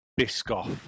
Biscoff